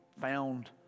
found